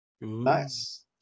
nice